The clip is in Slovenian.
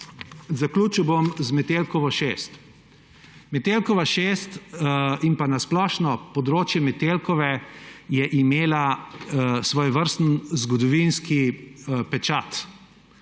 Zaključil bom z Metelkovo 6. Metelkova 6 in splošno področje Metelkove je imela svojevrsten zgodovinski pečat.